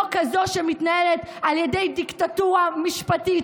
לא כזאת שמתנהלת על ידי דיקטטורה משפטית